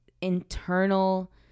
internal